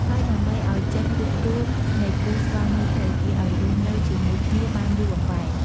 ហើយដើម្បីអោយចេះរួបរួមនៃគូស្វាមីភរិយាឲ្យរស់នៅជាមួយគ្នាបានយូរអង្វែង។